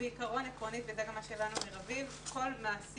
בעיקרון, זה מה שהבנו מרביב, כל מעסיק